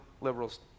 liberals